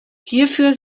hierfür